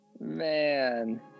man